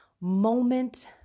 moment